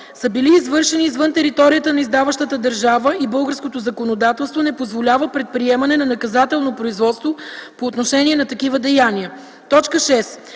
са били извършени извън територията на издаващата държава и българското законодателство не позволява предприемане на наказателно производство по отношение на такива деяния;